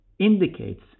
indicates